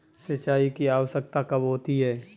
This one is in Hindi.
सिंचाई की आवश्यकता कब होती है?